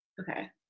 Okay